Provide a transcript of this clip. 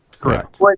correct